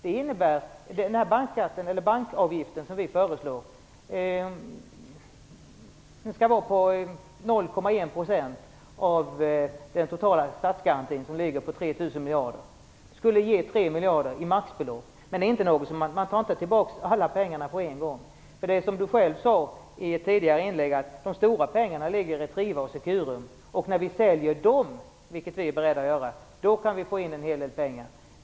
Den bankavgift som vi föreslår skall vara på 0,1 % av den totala statsskatten som ligger på 3 000 miljarder. Det skulle ge 3 miljarder i maxbelopp. Men man tar inte tillbaka alla pengarna på en gång. Som Bo Lundgren själv sade i ett tidigare inlägg ligger de stora pengarna i Retriva och Securum, och när vi säljer dem, vilket vi är beredda att göra, kan vi få in en hel del pengar.